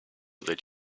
that